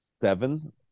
Seven